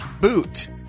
boot